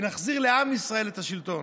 ונחזיר לעם ישראל את השלטון.